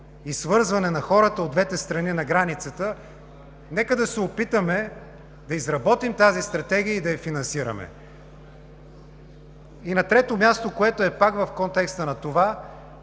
и свързване на хората от двете страни на границата, нека да се опитаме да изработим тази стратегия и да я финансираме. На трето място, което е пак в контекста на това